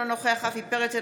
אינו נוכח רפי פרץ,